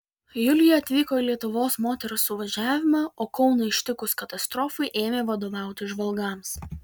julija atvyko į lietuvos moterų suvažiavimą o kauną ištikus katastrofai ėmė vadovauti žvalgams